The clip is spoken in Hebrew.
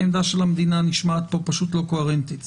העמדה של המדינה נשמעת פה פשוט לא קוהרנטית,